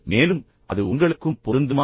மேலும் அது உங்களுக்கும் பொருந்துமா